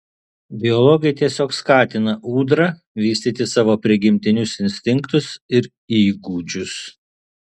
biologai tiesiog skatina ūdra vystyti savo prigimtinius instinktus ir įgūdžius